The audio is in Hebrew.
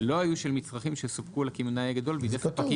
לא היו של מצרכים שסופקו לקמעונאי הגדול בידי ספקים גדולים".